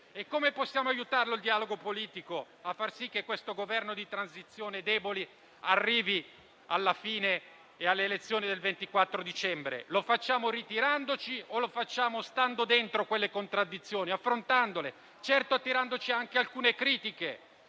Come possiamo aiutare il dialogo politico, per far sì che questo Governo di transizione debole arrivi alla fine e alle elezioni del 24 dicembre? Lo facciamo ritirandoci, o lo facciamo stando dentro quelle contraddizioni, affrontandole, certo attirandoci anche alcune critiche?